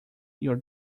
your